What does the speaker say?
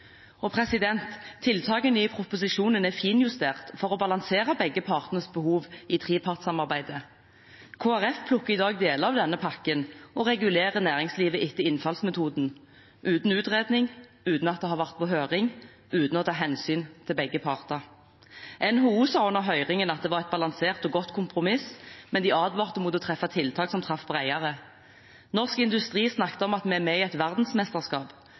Tiltakene i proposisjonen er finjustert for å balansere begge partenes behov i trepartssamarbeidet. Kristelig Folkeparti plukker i dag deler av denne pakken og regulerer næringslivet etter innfallsmetoden, uten utredning, uten at det har vært på høring, uten å ta hensyn til begge parter. NHO sa under høringen at det var et balansert og godt kompromiss, men de advarte mot å treffe tiltak som traff bredere. Norsk Industri snakket om at vi er med i et verdensmesterskap.